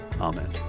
Amen